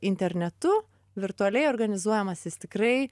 internetu virtualiai organizuojamas jis tikrai